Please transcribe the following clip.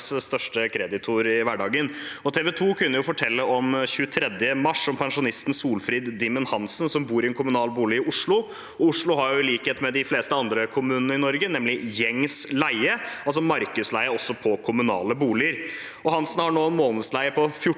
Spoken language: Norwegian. største kreditor i hverdagen. TV 2 kunne 23. mars fortelle om pensjonisten Solfrid Dimmen Hansen, som bor i en kommunal bolig i Oslo. Oslo har i likhet med de fleste andre kommuner i Norge gjengs leie – altså markedsleie også på kommunale boliger. Hansen har nå en månedsleie på 14